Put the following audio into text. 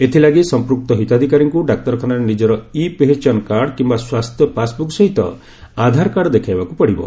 ଏଥିଲାଗି ସମ୍ପୂକ୍ତ ହିତାଧିକାରୀଙ୍କୁ ଡାକ୍ତରଖାନାରେ ନିଜର ଇ ପେହଚାନ କାର୍ଡ କିମ୍ବା ସ୍ୱାସ୍ଥ୍ୟପାସ୍ବୁକ୍ ସହିତ ଆଧାରକାର୍ଡ ଦେଖାଇବାକୁ ପଡିବ